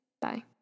Bye